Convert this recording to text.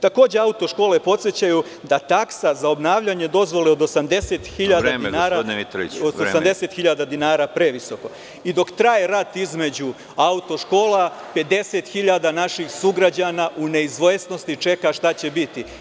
Takođe, auto škola podsećaju da taksa za obnavljanje dozvole od 80.000,00 dinara previsoka i dok traje rat između auto škola, 50.000 naših sugrađana u neizvesnosti čeka šta će biti.